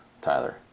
Tyler